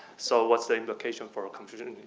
so what's the implication for our confucianist?